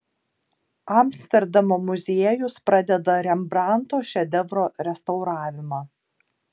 amsterdamo muziejus pradeda rembrandto šedevro restauravimą